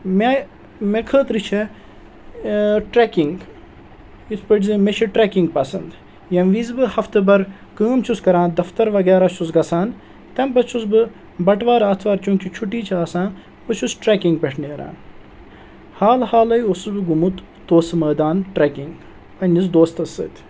مےٚ مےٚ خٲطرٕ چھےٚ ٹرٛیکِنٛگ یِتھ پٲٹھۍ زَنہٕ مےٚ چھِ ٹرٛیکِنٛگ پَسنٛد ییٚمہِ وِزِ بہٕ ہَفتہٕ بَر کٲم چھُس کَران دَفتَر وغیرہ چھُس گژھان تَمہِ پَتہٕ چھُس بہٕ بَٹہٕ وار آتھوار چوٗنٛکہِ چھُٹی چھِ آسان بہٕ چھُس ٹرٛیکِنٛگ پٮ۪ٹھ نیران حال حالٕے اوسُس بہٕ گوٚمُت توسہٕ مٲدان ٹرٛیکِنٛگ پنٛنِس دوستَس سۭتۍ